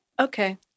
Okay